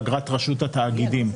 אגרת רשות התאגידים.